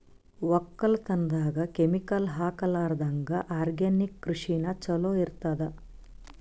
ಒಕ್ಕಲತನದಾಗ ಕೆಮಿಕಲ್ ಹಾಕಲಾರದಂಗ ಆರ್ಗ್ಯಾನಿಕ್ ಕೃಷಿನ ಚಲೋ ಇರತದ